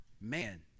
Man